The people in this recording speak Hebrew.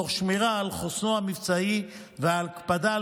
תוך שמירה על חוסנו המבצעי והקפדה על